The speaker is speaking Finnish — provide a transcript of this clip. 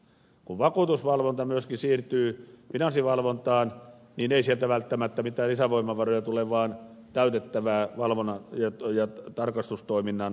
kun vakuutusvalvonta myöskin siirtyy finanssivalvontaan niin ei sieltä välttämättä mitään lisävoimavaroja tule vaan valvonnan ja tarkastustoiminnan lisäyksen tarvetta